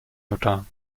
notar